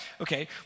Okay